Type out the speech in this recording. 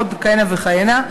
ועוד כהנה וכהנה.